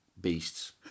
beasts